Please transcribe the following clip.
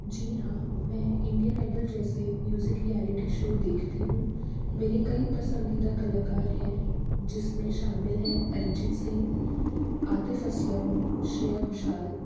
जी हाँ मैं Indian idol जैसे म्यूज़िक रियलिटी शो देखती हूँ मेरे कई पसंदीदा कलाकार हैं जिस में शामिल है अरिजीत सिंह आतिफ़ असलम श्रेया घोषाल